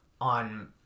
on